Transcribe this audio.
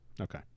Okay